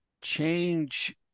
change